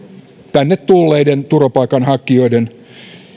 tänne tulleiden turvapaikanhakijoiden